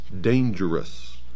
dangerous